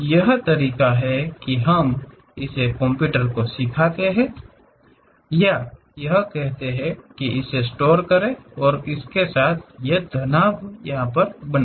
यही तरीका है कि हम इसे कंप्यूटर मे सिखाते हैं या यह कहने के लिए स्टोर करते हैं कि यह उस विशेष घनाभ का है